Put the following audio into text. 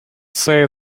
say